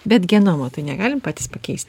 bet genomo tai negalim patys pakeist